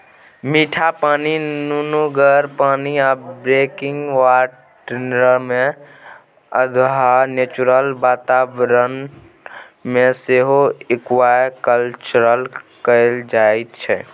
मीठ पानि, नुनगर पानि आ ब्रेकिसवाटरमे अधहा नेचुरल बाताबरण मे सेहो एक्वाकल्चर कएल जाइत छै